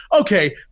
okay